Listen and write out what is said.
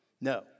No